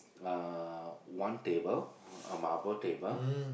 uh one table a marble table